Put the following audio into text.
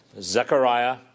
Zechariah